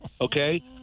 Okay